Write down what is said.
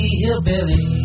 hillbilly